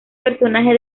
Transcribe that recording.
personaje